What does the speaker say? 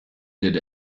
did